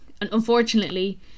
unfortunately